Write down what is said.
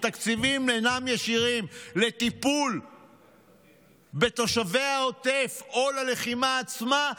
תקציבים שאינם ישירות לטיפול בתושבי העוטף או ללחימה עצמה,